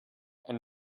and